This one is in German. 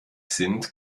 sind